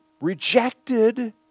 rejected